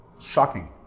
Shocking